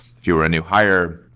if you were a new hire,